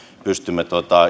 pystymme